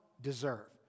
deserve